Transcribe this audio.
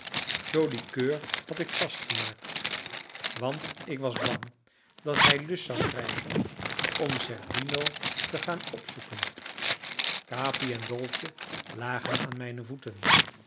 joli coeur had ik vastgemaakt want ik was bang dat hij lust zou krijgen om zerbino te gaan opzoeken capi en dolce lagen aan mijne voeten